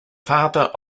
father